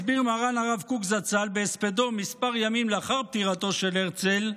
הסביר מרן הרב קוק זצ"ל בהספדו מספר ימים לאחר פטירתו של הרצל,